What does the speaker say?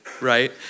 right